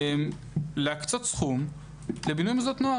להקצות סכום לבינוי מוסדות נוער,